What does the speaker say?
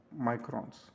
microns